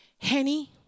Henny